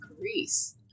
Greece